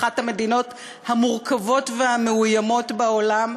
אחת המדינות המורכבות והמאוימות בעולם,